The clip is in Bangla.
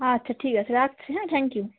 আচ্ছা ঠিক আছে রাখছি হ্যাঁ থ্যাংক ইউ